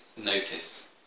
notice